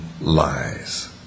lies